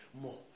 More